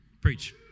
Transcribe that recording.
Preach